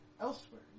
elsewhere